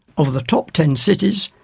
of the top ten cities,